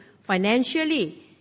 financially